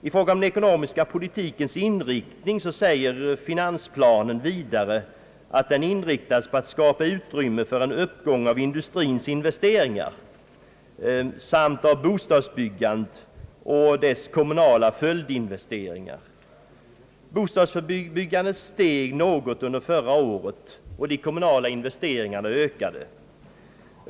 I fråga om den ekonomiska politikens inriktning säger finansplanen vidare att den inriktats på att skapa utrymme för en uppgång av industrins investeringar samt av bostadsbyggandet och dess kommunala följdinvesteringar. Bostadsbyggandet steg något under förra året, och de kommunala investeringarna ökade.